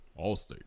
Allstate